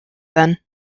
then